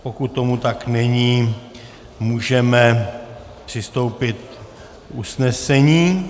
Pokud tomu tak není, můžeme přistoupit k usnesení.